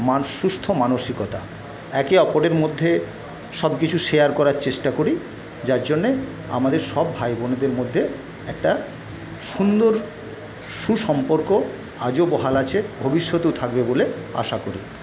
মানুষ সুস্থ মানসিকতা একে অপরের মধ্যে সব কিছু শেয়ার করার চেষ্টা করি যার জন্যে আমাদের সব ভাইবোনেদের মধ্যে একটা সুন্দর সুসম্পর্ক আজও বহাল আছে ভবিষ্যতেও থাকবে বলে আশা করি